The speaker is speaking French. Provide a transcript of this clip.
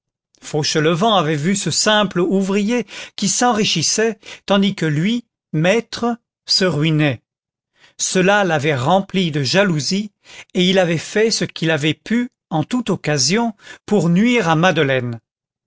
fauchelevent avait vu ce simple ouvrier qui s'enrichissait tandis que lui maître se ruinait cela l'avait rempli de jalousie et il avait fait ce qu'il avait pu en toute occasion pour nuire à madeleine